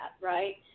Right